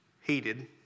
heated